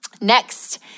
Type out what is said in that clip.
Next